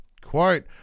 Quote